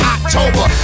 October